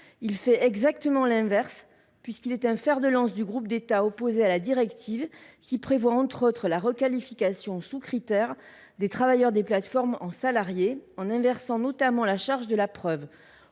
fait exactement l’inverse puisqu’il est un fer de lance du groupe des États opposés à la directive, laquelle prévoit, entre autres, la requalification, sous critères, des travailleurs des plateformes en salariés, notamment en inversant la charge de la preuve